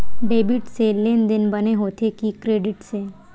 Debit से लेनदेन बने होथे कि क्रेडिट से?